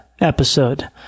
episode